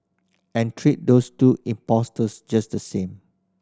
and treat those two impostors just the same